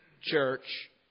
church